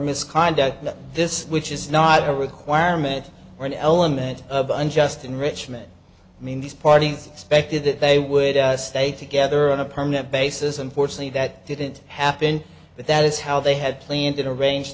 misconduct that this which is not a requirement or an element of unjust enrichment i mean these parties expected that they would stay together on a permanent basis unfortunately that didn't happen but that is how they had planted arrange